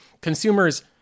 Consumers